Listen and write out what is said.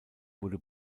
wurde